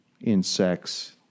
insects